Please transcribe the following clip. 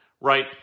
right